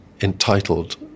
entitled